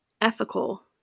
Ethical